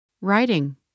Writing